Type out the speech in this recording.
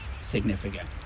significant